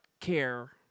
care